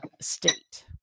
state